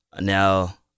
Now